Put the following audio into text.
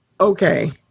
okay